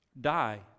die